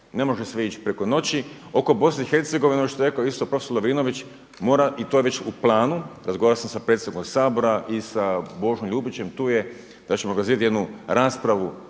ne može sve ići preko noći. Oko BiH ono što ste rekli isto profesore Lovrinović i to je već u planu, razgovarao sam sa predsjednikom Sabora i sa Božom Ljubićem, tu je, da ćemo organizirati jednu raspravu